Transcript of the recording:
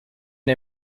and